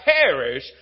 perish